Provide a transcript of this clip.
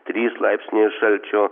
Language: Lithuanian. trys laipsniai šalčio